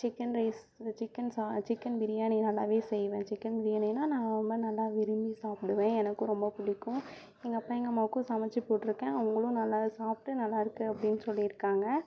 chicken rice இந்த chicken சா chicken biryani நல்லாவே செய்வேன் சிக்கன் பிரியாணின்னா நான் ரொம்ப நல்லா விரும்பி சாப்பிடுவேன் எனக்கும் ரொம்ப பிடிக்கும் எங்கள் அப்பா எங்கள் அம்மாவுக்கும் சமைச்சு போட்டுருக்கேன் அவங்களும் நல்லா சாப்டு நல்லாருக்கு அப்படின்னு சொல்லிருக்காங்க